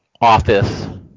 office